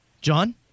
John